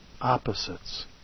opposites